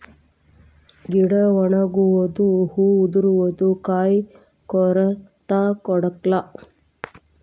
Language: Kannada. ಗಿಡಾ ಒಣಗುದು ಹೂ ಉದರುದು ಕಾಯಿ ಕೊರತಾ ಕೊರಕ್ಲಾ